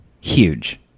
Huge